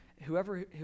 whoever